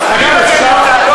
בחוץ.